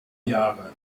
jahre